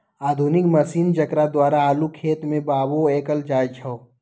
आधुनिक मशीन जेकरा द्वारा आलू खेत में बाओ कएल जाए छै